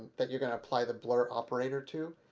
that you're going to apply the blur operator to.